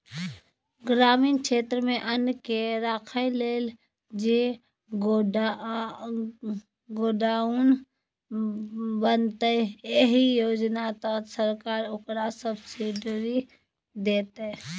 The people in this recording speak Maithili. ग्रामीण क्षेत्रमे अन्नकेँ राखय लेल जे गोडाउन बनेतै एहि योजना तहत सरकार ओकरा सब्सिडी दैतै